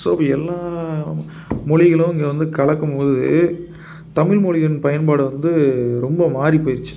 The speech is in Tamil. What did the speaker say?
ஸோ இப்போ எல்லா மொழிகளும் இங்கே வந்து கலக்கும்போது தமிழ்மொழியின் பயன்பாடு வந்து ரொம்ப மாறிப்போயிருச்சு